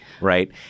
right